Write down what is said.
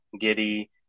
Giddy